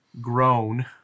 grown